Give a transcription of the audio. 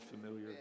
familiar